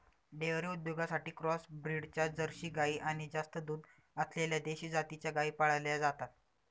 dairy उद्योगासाठी cross ब्रीडच्या Jersey गाई आणि जास्त दूध असलेल्या देशी जातीच्या गायी पाळल्या जातात